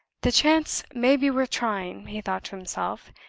the chance may be worth trying, he thought to himself,